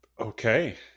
Okay